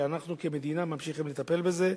שאנחנו כמדינה ממשיכים לטפל בזה.